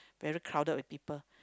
very crowded with people